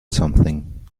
something